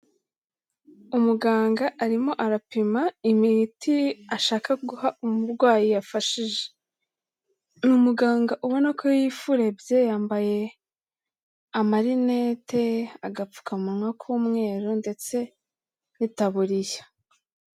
Umuganga arimo arapima imiti ashaka guha umurwayi yafashije. Ni umuganga ubona ko yifurebye yambaye amarinete, agapfukamunwa k'umweru ndetse n'itariya.